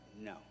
no